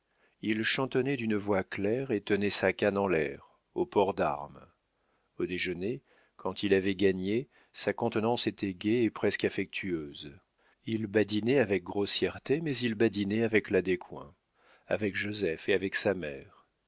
il chantonnait d'une voix claire et tenait sa canne en l'air au port d'armes au déjeuner quand il avait gagné sa contenance était gaie et presque affectueuse il badinait avec grossièreté mais il badinait avec la descoings avec joseph et avec sa mère